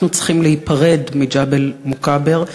אנחנו צריכים להיפרד מג'בל-מוכבר,